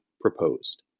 proposed